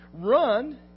Run